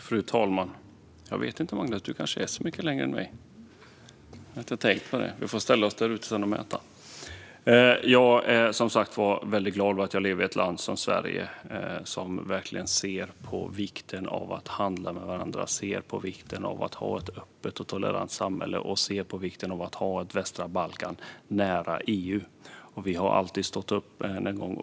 Fru talman! Jag är som sagt väldigt glad att jag lever i ett land som Sverige, som verkligen ser på vikten av att handla med varandra, som ser på vikten av att ha ett öppet och tolerant samhälle och som ser på vikten av att ha ett västra Balkan nära EU.